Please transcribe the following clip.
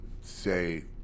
say